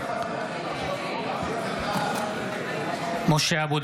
פעם: מי שמצביע